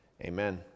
Amen